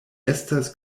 estas